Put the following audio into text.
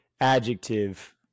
Adjective